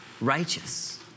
righteous